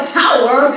power